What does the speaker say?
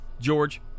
George